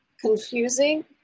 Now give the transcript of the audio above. confusing